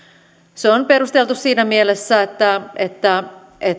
se on perusteltu siinä mielessä että että